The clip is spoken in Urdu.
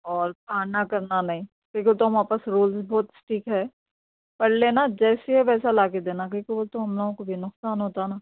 اور آنا کرنا نہیں ٹھیک ہے تو ہمارے پاس رولز بہت اسٹک ہے پڑھ لینا جیسے ہے ویسا لا کے دینا کیوں کہ وہ تو ہم لوگوں کو بھی نقصان ہوتا نا